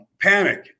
panic